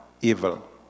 evil